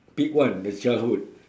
pick one the childhood